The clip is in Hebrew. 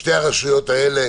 שתי הרשויות האלה